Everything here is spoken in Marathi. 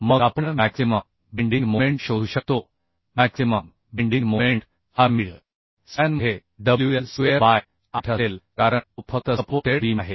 मग आपण मॅक्सिमम बेंडिंग मोमेंट शोधू शकतो मॅक्सिमम बेंडिंग मोमेंट हा मिड स्पॅनमध्ये wl स्क्वेअर बाय 8 असेल कारण तो फक्त सपोर्टेड बीम आहे